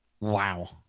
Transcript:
Wow